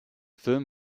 film